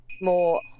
more